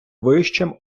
вищим